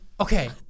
Okay